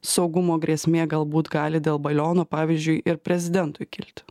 saugumo grėsmė galbūt gali dėl baliono pavyzdžiui ir prezidentui kilti